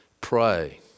pray